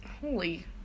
Holy